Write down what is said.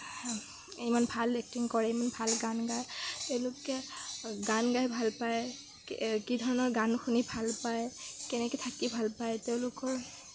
ইমান ভাল এক্টিং কৰে ইমান ভাল গান গায় তেওঁলোকে গান গায় ভাল পায় কি ধৰণৰ গান শুনি ভাল পায় কেনেকে থাকি ভাল পায় তেওঁলোকৰ